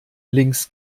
links